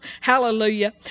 Hallelujah